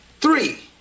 three